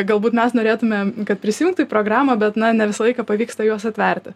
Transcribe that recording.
galbūt mes norėtumėm kad prisijungtų į programą bet na ne visą laiką pavyksta juos atverti